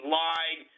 lied